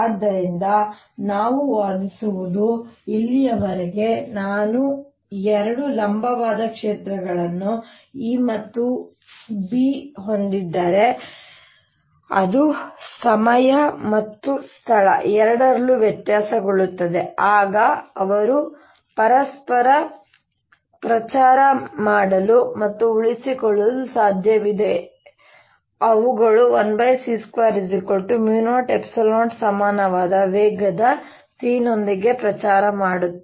ಆದ್ದರಿಂದ ನಾವು ವಾದಿಸಿರುವುದು ಇಲ್ಲಿಯವರೆಗೆ ನಾನು ಎರಡು ಲಂಬವಾದ ಕ್ಷೇತ್ರಗಳನ್ನು E ಮತ್ತು B ಹೊಂದಿದ್ದರೆ ಅದು ಸಮಯ ಮತ್ತು ಸ್ಥಳ ಎರಡರಲ್ಲೂ ವ್ಯತ್ಯಾಸಗೊಳ್ಳುತ್ತದೆ ಆಗ ಅವರು ಪರಸ್ಪರ ಪ್ರಚಾರ ಮಾಡಲು ಮತ್ತು ಉಳಿಸಿಕೊಳ್ಳಲು ಸಾಧ್ಯವಿದೆ ಮತ್ತು ಅವುಗಳು 1 c2 00 ಸಮಾನವಾದ ವೇಗದ c ನೊಂದಿಗೆ ಪ್ರಚಾರ ಮಾಡುತ್ತವೆ